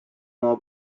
oma